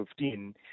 2015